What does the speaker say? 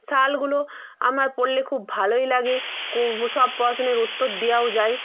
সালগুলো আমার পড়লে খুব ভালোই লাগে সব পশ্নের উত্তর দেয়াও যায়